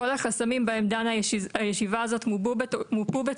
כל החסמים בהם דנה הישיבה הזאת מופו בתוכנית